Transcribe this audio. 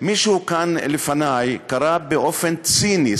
מישהו כאן לפני קרא באופן ציני,